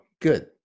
good